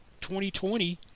2020